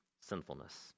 sinfulness